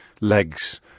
legs